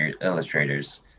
illustrators